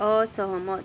असहमत